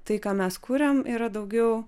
tai ką mes kuriam yra daugiau